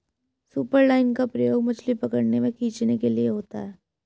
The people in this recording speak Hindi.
सुपरलाइन का प्रयोग मछली पकड़ने व खींचने के लिए होता है